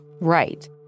right